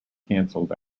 cancelled